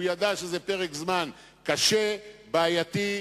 הוא ידע שזה פרק זמן קשה, בעייתי,